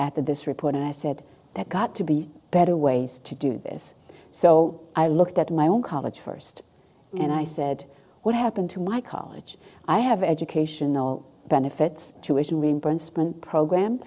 at it at this report and i said that got to be better ways to do this so i looked at my own college first and i said what happened to my college i have educational benefits to issue reimbursement program